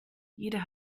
jeder